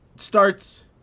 Starts